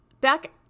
back